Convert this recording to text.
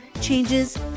changes